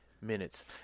minutes